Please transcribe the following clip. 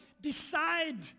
decide